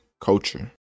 culture